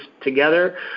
together